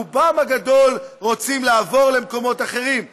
רובם הגדול רוצים לעבור למקומות אחרים,